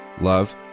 Love